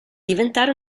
diventare